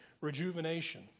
rejuvenation